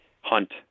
hunt